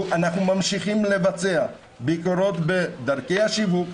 אנחנו ממשיכים לבצע ביקורות בדרכי השיווק,